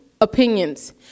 opinions